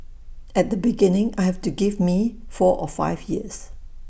at the beginning I've to give me four or five years